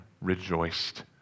rejoiced